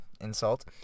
Insult